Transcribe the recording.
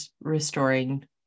restoring